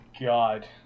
god